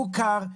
מוכר,